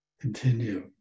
Continue